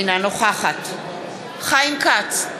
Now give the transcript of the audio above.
אינה נוכחת חיים כץ,